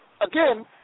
again